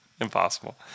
Impossible